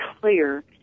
clear